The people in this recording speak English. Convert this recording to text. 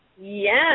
Yes